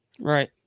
Right